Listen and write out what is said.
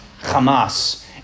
Hamas